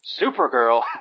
Supergirl